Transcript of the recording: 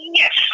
yes